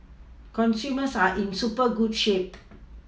consumers are in super good shape